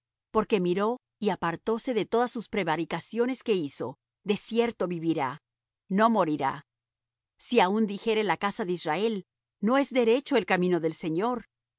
porque miró y apartóse de todas sus prevaricaciones que hizo de cierto vivirá no morirá si aun dijere la casa de israel no es derecho el camino del señor no